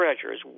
treasures